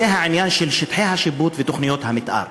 הוא העניין של שטחי השיפוט ותוכניות המתאר.